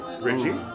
Richie